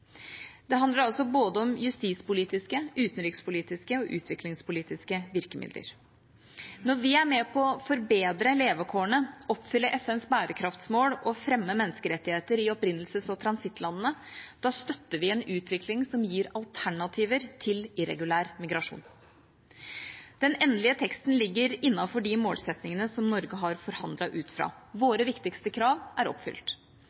Det handler altså om både justispolitiske, utenrikspolitiske og utviklingspolitiske virkemidler. Når vi er med på å forbedre levekårene, oppfylle FNs bærekraftsmål og fremme menneskerettigheter i opprinnelses- og transittlandene, støtter vi en utvikling som gir alternativer til irregulær migrasjon. Den endelige teksten ligger innenfor de målsettingene som Norge har forhandlet ut fra. Våre viktigste krav er oppfylt.